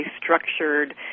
structured